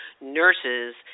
nurses